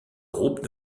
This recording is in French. groupes